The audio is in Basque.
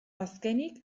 azkenik